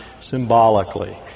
symbolically